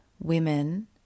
women